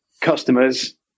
customers